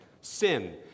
sin